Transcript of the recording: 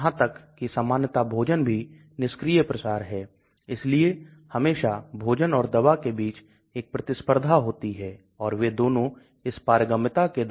crystal packing को कम करने के लिए हम सतह के बाहर भी प्रतिस्थापन कर सकते हैं क्योंकि जैसा कि आप जानते हैं बंद संरचनाएं हैं और अत्यधिक क्रिस्टलीय सामग्री कम घुलनशील है इसलिए बाहर से प्रतिस्थापन करके crystallization को तोड़ सकते हैं